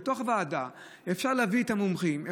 בתוך ועדה אפשר להביא את המומחים,